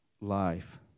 Life